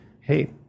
hey